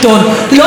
תודה רבה.